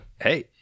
Hey